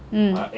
mm